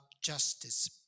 justice